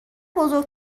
بزرگ